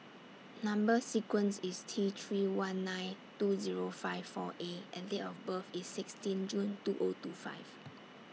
Number sequence IS T three one nine two Zero five four A and Date of birth IS sixteen June two O two five